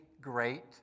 great